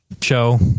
Show